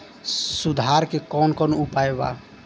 सुधार के कौन कौन उपाय वा?